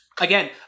Again